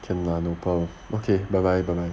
简单 no problem okay bye bye bye